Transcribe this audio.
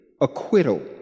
acquittal